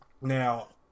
Now